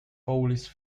police